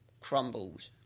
crumbled